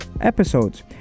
episodes